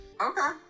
Okay